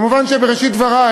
מובן שבראשית דברי